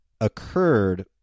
occurred